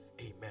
Amen